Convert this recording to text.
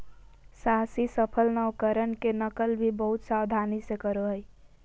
साहसी सफल नवकरण के नकल भी बहुत सावधानी से करो हइ